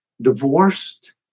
divorced